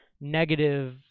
negative